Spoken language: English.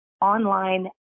online